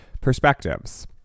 Perspectives